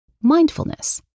Mindfulness